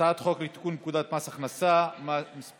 הצעת חוק ביטול פקודת מס הכנסה (הטבות